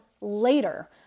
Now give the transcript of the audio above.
later